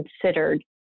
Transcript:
considered